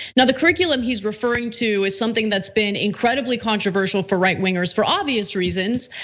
now the curriculum he's referring to, is something that's been incredibly controversial for right wingers for obvious reasons.